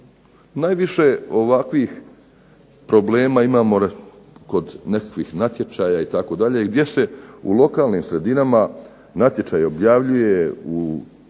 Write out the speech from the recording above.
Najviše ovakvih problema imamo kod nekakvih natječaja itd. gdje se u lokalnim sredinama natječaj objavljuje u